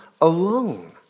alone